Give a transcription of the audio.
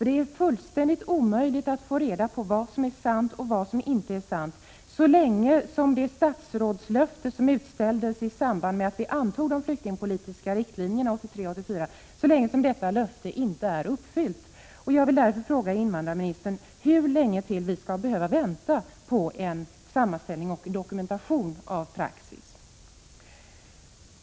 Det är fullständigt omöjligt att ta reda på vad som är sant och vad som inte är sant så länge som det statsrådslöfte som utställdes i samband med att vi 1983/84 antog de flyktingpolitiska riktlinjerna inte är uppfyllt. Jag vill därför fråga invandrarministern hur länge till vi skall behöva vänta på en sammanställning och dokumentation av praxis.